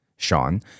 Sean